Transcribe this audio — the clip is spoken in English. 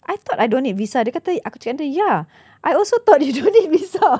I thought I don't need visa dia kata aku cakap dengan dia ya I also thought you don't need visa